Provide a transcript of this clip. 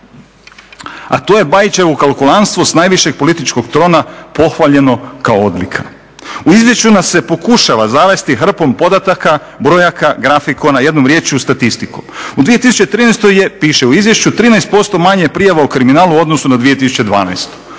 a to je Bajićevo kalkulantstvo s najvišeg političkog trona pohvaljeno kao odlika. U izvješću nas se pokušava zavesti hrpom podataka, brojaka, grafikona, jednom riječju statistikom. U 2013. je piše u izvješću 13% manje prijava o kriminalu u odnosu na 2012.